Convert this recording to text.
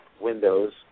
windows